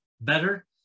better